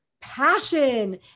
passion